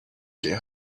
get